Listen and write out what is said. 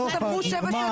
אתה אל תדבר על רם בן ברק,